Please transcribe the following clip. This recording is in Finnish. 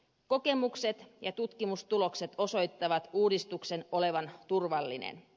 kokemukset ja tutkimustulokset osoittavat uudistuksen olevan turvallinen